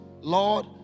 Lord